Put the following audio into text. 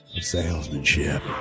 salesmanship